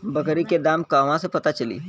बकरी के दाम कहवा से पता चली?